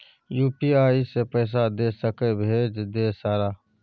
UPI से पैसा दे सके भेज दे सारा?